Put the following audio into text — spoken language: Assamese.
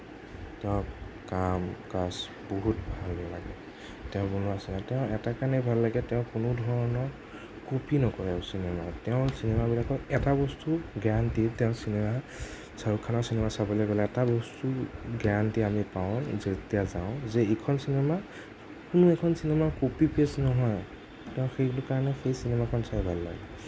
তেওঁৰ কাম কাজ বহুত ভাল লাগে তেওঁ বনোৱা চিনেমা তেওঁক এটা কাৰণেই ভাল লাগে যে তেওঁ কোনোধৰণৰ কপি নকৰে চিনেমাত তেওঁৰ চিনেমাবিলাকত এটা বস্তু গেৰান্তি তেওঁৰ চিনেমাত শ্বাহৰুখ খানৰ চিনেমা চাবলৈ গ'লে এটা বস্তু গেৰান্তি আমি পাওঁ যেতিয়া যাওঁ যে এইখন চিনেমা কোনো এখন চিনেমাৰ কপি পেষ্ট নহয় তেওঁ সেইটো কাৰণে সেই চিনেমাখন চাই ভাল লাগে